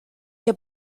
que